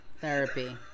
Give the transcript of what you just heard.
Therapy